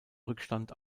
rückstand